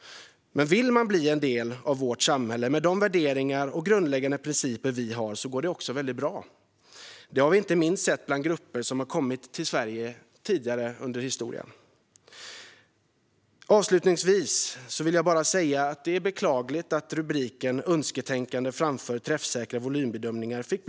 Vill man däremot bli en del av vårt samhälle med de värderingar och grundläggande principer vi har går det väldigt bra. Det har vi sett inte minst bland grupper som kommit till Sverige tidigare i historien. Avslutningsvis vill jag säga att det är beklagligt att rapporten fick delrubriken Önsketänkande framför träffsäkra volymbedömningar .